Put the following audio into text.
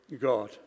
God